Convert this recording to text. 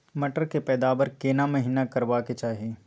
मटर के पैदावार केना महिना करबा के चाही?